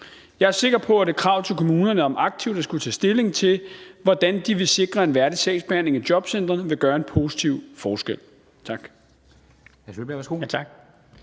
Jeg er sikker på, at et krav til kommunerne om aktivt at skulle tage stilling til, hvordan de vil sikre en værdig sagsbehandling i jobcenteret, vil gøre en positiv forskel.